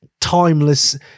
timeless